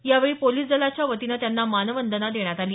यावेळी पोलीस दलाच्या वतीनं त्यांना मानवंदना देण्यात आली